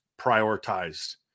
prioritized